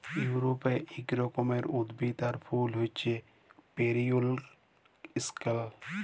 ইউরপে এক রকমের উদ্ভিদ আর ফুল হচ্যে পেরিউইঙ্কেল